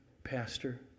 Pastor